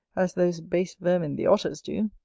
as those base vermin the otters do.